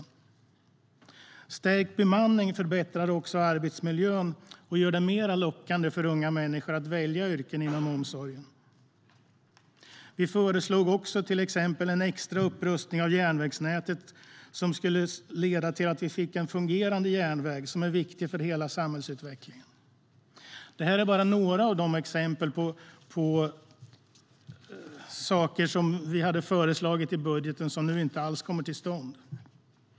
En stärkt bemanning förbättrar också arbetsmiljön och gör det mer lockande för unga människor att välja yrken inom omsorgen. Det här är bara några exempel på saker som vi föreslog i den budget som nu inte alls kommer till stånd.